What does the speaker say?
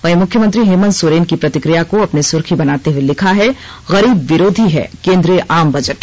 वहीं मुख्यमंत्री हेमंत सोरेन की प्रतिक्रिया को अपनी सुर्खी बनाते हुए लिखा है गरीब विरोधी है केंद्रीय आम बजट